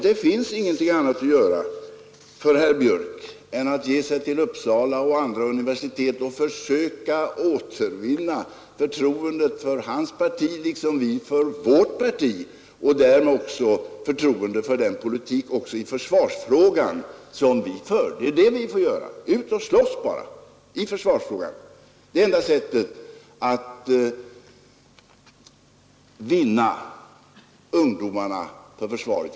Det finns ingenting annat för herr Björck i Nässjö att göra än att ge sig av till Uppsala universitet och till andra universitet och där försöka återvinna förtroendet för hans parti liksom vi måste återvinna förtroendet för vårt parti och därmed också förtroendet för vår politik i försvarsfrågan. Vi måste ut och slåss i försvarsfrågan. Det är enda sättet att vinna ungdomarna för försvaret.